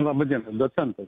laba diena docentas